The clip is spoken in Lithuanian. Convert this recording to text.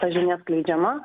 ta žinia skleidžiama